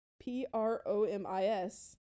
P-R-O-M-I-S